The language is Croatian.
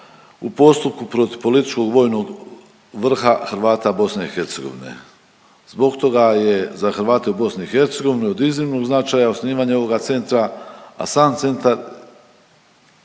u postupku protiv političkog vojnog vrha Hrvata BiH. Zbog toga je za Hrvate u BiH od iznimnog značaja osnivanje ovoga centra, a sam centar